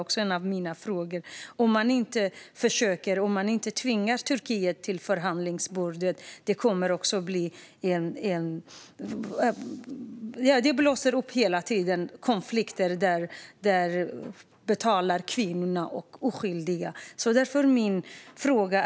Om man inte tvingar Turkiet till förhandlingsbordet kommer det hela tiden att blåsa upp konflikter, där kvinnor och oskyldiga får betala.